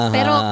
Pero